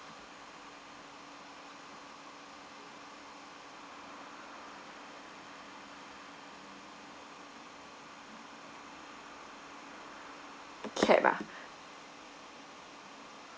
cap ah